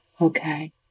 Okay